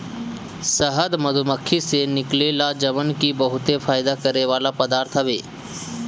शहद मधुमक्खी से निकलेला जवन की बहुते फायदा करेवाला पदार्थ हवे